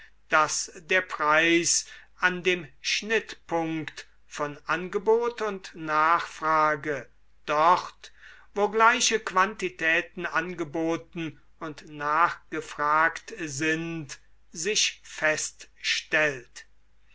daß der preis an dem schnittpunkt von angebot und nachfrage dort wo gleiche quantitäten angeboten und nachgefragt sind sich feststellt